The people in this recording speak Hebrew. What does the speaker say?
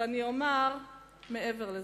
אבל אני אומר מעבר לזה,